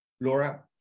laura